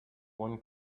one